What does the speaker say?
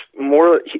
more